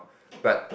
but